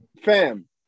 Fam